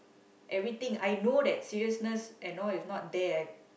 everything I know that seriousness and all is not there I